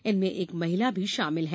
इनमें एक महिला भी शामिल है